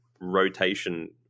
rotation